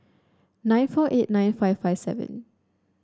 nine four eight nine five five seven